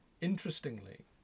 interestingly